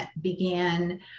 began